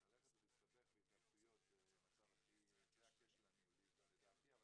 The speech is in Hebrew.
אז ללכת ולהסתבך בהתלבטויות זה הכשל הניהולי לדעתי.